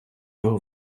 його